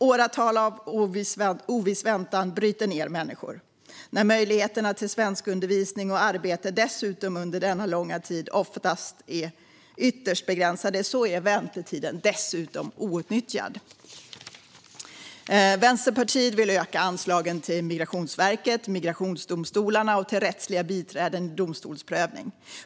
Åratal av oviss väntan bryter ned människor. När möjligheterna till svenskundervisning och arbete under denna långa tid oftast är ytterst begränsade är väntetiden dessutom outnyttjad. Vänsterpartiet vill öka anslagen till Migrationsverket och migrationsdomstolarna och till rättsliga biträden vid domstolsprövning.